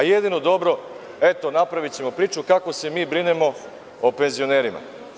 Jedino dobro – eto, napravićemo priču kako se mi brinemo openzionerima.